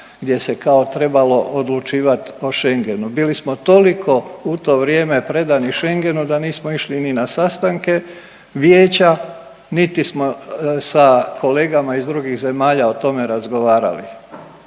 gdje se kao trebalo odlučivati o Schengenu. Bili smo toliko u to vrijeme predani Schengenu, da nismo išli ni na sastanke vijeća, niti smo sa kolegama iz drugih zemalja o tome razgovarali.